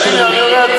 אני רואה,